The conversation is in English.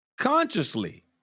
consciously